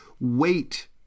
wait